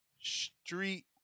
street